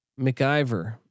McIver